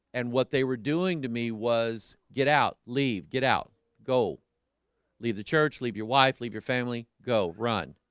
and what they were doing to me was get out leave. get out go leave the church. leave your wife. leave your family go run.